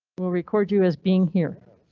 will record you as being here.